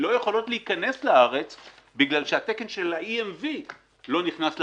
לא יכולות להיכנס לארץ בגלל שהתקן של ה-EMV לא נכנס לארץ,